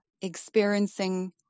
experiencing